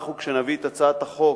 אנחנו, כשנביא את הצעת החוק,